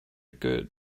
good